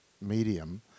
medium